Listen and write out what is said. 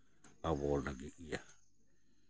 ᱟᱵᱚ ᱞᱟᱹᱜᱤᱫ ᱜᱮ